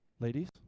Ladies